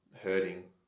hurting